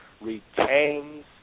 retains